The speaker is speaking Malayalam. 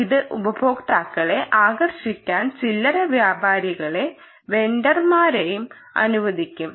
ഇത് ഉപഭോക്താക്കളെ ആകർഷിക്കാൻ ചില്ലറ വ്യാപാരികളെ വെണ്ടർമാരെ അനുവദിക്കും